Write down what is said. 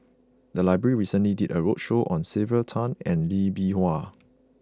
the library recently did a roadshow on Sylvia Tan and Lee Bee Wah